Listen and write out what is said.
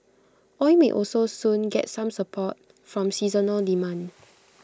oil may also soon get some support from seasonal demand